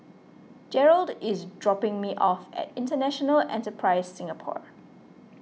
Jerrold is dropping me off at International Enterprise Singapore